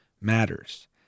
matters